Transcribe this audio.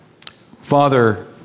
Father